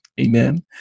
Amen